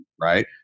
right